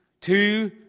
two